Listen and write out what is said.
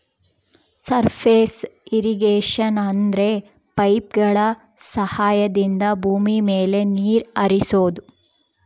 surface irrigation ಅಂದ್ರೆ ಪೈಪ್ಗಳ ಸಹಾಯದಿಂದ ಭೂಮಿ ಮೇಲೆ ನೀರ್ ಹರಿಸೋದು